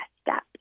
step